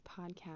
podcast